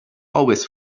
always